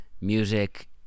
music